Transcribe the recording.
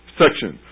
section